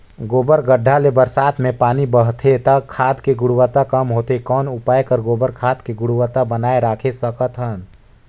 गोबर गढ्ढा ले बरसात मे पानी बहथे त खाद के गुणवत्ता कम होथे कौन उपाय कर गोबर खाद के गुणवत्ता बनाय राखे सकत हन?